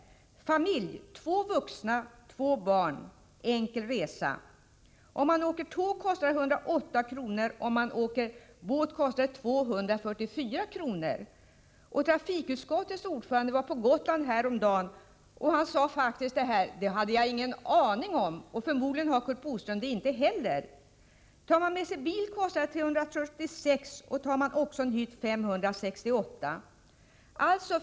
För en familj, 2 vuxna och 2 barn, kostar en enkel resa med tåg 108 kr., med båt 244 kr. Trafikutskottets ordförande var på Gotland häromdagen, och han sade faktiskt: Det hade jag ingen aning om! Förmodligen har inte heller Curt Boström en aning om dessa prisskillnader. Om familjen i exemplet tar med sig bilen kostar det 376 kr. För bil och hytt kostar det 568 kr.